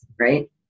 Right